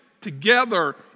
together